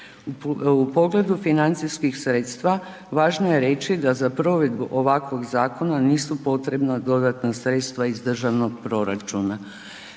U pogledu financijskih sredstva, važno je reći da za provedbu ovakvog zakona nisu potrebna dodatna sredstva iz državnog proračuna.